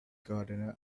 gardener